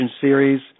series –